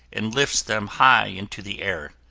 and lifts them high into the air.